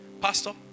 Pastor